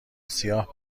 سیاه